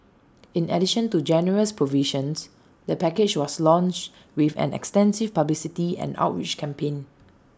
in addition to generous provisions the package was launched with an extensive publicity and outreach campaign